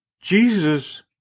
Jesus